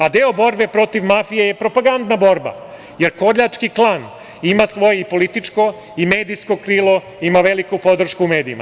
A deo borbe protiv mafije je propagandna borba, jer koljački klan ima svoje i političko i medijsko krilo, ima veliku podršku u medijima.